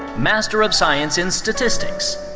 master of science in statistics,